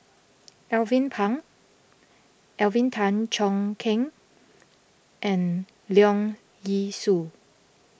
Alvin Pang Alvin Tan Cheong Kheng and Leong Yee Soo